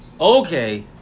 okay